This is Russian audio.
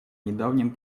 недавнем